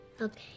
Okay